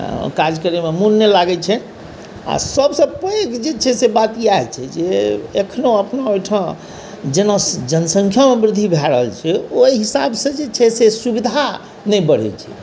काज करयमे मोन नहि लागैत छैन्ह आ सभसँ पैघ जे छै बात इएह छै जे एखनहु अपनो ओहिठाम जेना जनसँख्यामे वृद्धि भए रहल छै ओहि हिसाबसँ जे छै से सुविधा नहि बढ़ैत छै